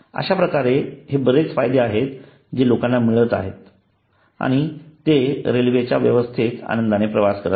अश्याप्रकारे हे बरेच फायदे आहेत जे लोकांना मिळत आहेत आणि ते रेल्वेच्या या व्यवस्थेत आनंदाने प्रवास करत आहेत